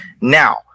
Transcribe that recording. now